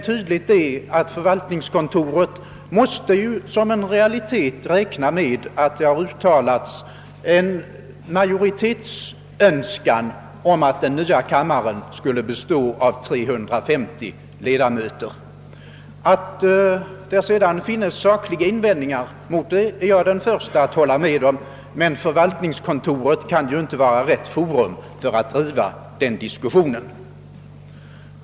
Tydligt är dock att förvaltningskontoret som en realitet måste utgå från att det har uttalats en majoritetsönskan att den nya kammaren skall bestå av 350 ledamöter. Att det sedan finns skäl till sakliga invändningar mot detta, är jag den förste att hålla med om, men förvaltningskontoret kan inte vara rätt forum för att driva den diskussionen.